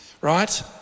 right